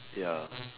ya